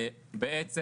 בעצם,